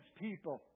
people